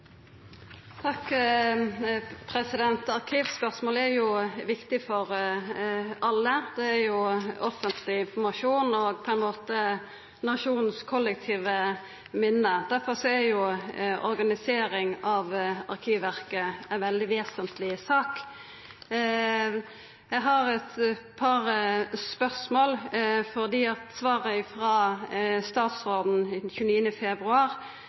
er viktig for alle, det er offentleg informasjon og på ein måte nasjonen sitt kollektive minne. Difor er organisering av arkivverket ei veldig vesentleg sak. Eg har eit par spørsmål, for i svaret frå statsråden den 29. februar